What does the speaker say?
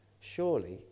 Surely